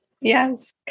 Yes